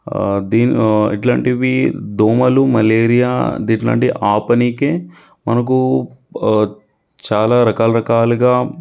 దీని ఇట్లాంటివి దోమలు మలేరియా ఇట్లాంటివి ఆపడానికి మనకు చాలా రకాల రకాలుగా